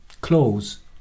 clothes